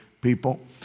people